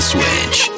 Switch